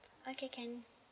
okay can